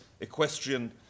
equestrian